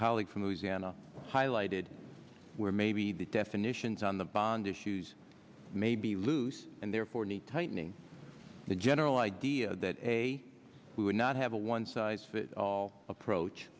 colleague from louisiana highlighted where maybe the definitions on the bond issues may be loose and therefore need tightening the general idea that a we would not have a one size fits all approach